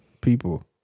people